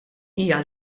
hija